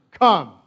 come